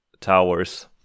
towers